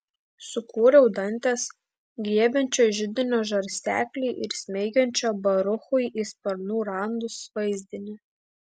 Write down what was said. sukūriau dantės griebiančio židinio žarsteklį ir smeigiančio baruchui į sparnų randus vaizdinį